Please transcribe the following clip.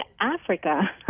Africa